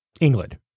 England